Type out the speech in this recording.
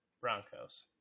Broncos